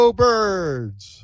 birds